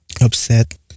upset